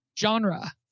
Genre